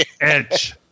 Edge